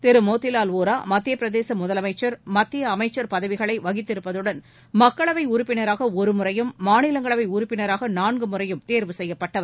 திரு மோதிலால் வோரா மத்திய பிரதேச முதலமைச்சா் மத்திய அமைச்சா் பதவிகளை வகித்திருப்பதுடன் மக்களவை உறுப்பினராக ஒரு முறையும் மாநிலங்களவை உறுப்பினராக நான்கு முறையும் தேர்வு செய்யப்பட்டவர்